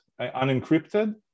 unencrypted